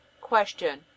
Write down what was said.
Question